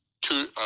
two